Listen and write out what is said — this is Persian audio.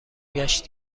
ﮔﺸﺘﯿﻢ